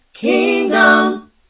Kingdom